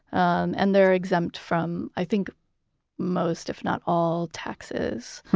and and they're exempt from, i think most if not all taxes,